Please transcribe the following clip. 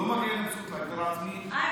לא מגיע להם זכות להגדרה עצמית?